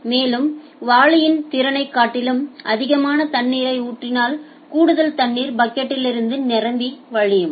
எனவே மேலும் வாளியின் திறனைக் காட்டிலும் அதிகமான தண்ணீரை ஊற்றினால் கூடுதல் தண்ணீர் பக்கெட்லிருந்து நிரம்பி வழியும்